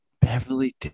Beverly